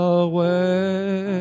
away